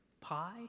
pie